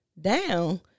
down